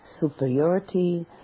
superiority